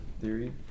theory